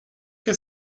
que